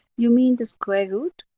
you mean the square root?